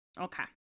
Okay